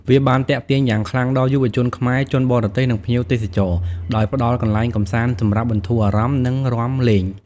វាបានទាក់ទាញយ៉ាងខ្លាំងដល់យុវជនខ្មែរ ជនបរទេស និងភ្ញៀវទេសចរ ដោយផ្តល់កន្លែងកម្សាន្តសម្រាប់បន្ធូរអារម្មណ៍ និងរាំលេង។